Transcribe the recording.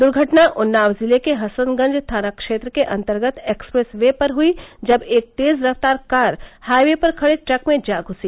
दुर्घटना उन्नाव जिले के हसनगंज थाना क्षेत्र के अन्तर्गत एक्सप्रेस वे पर हुई जब एक तेज रफ्तार कार हाई वे पर खड़े ट्रक में जा घुसी